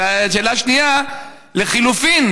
ושאלה שנייה: לחלופין,